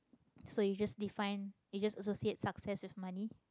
so you just define you just associate success with money